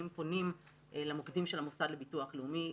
פונים למוקדים של המוסד לביטוח הלאומי.